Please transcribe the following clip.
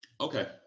Okay